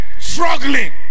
struggling